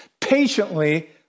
patiently